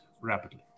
rapidly